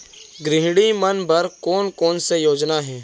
गृहिणी मन बर कोन कोन से योजना हे?